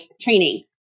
training